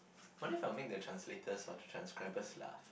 what if I'll make the translators or the transcribers laugh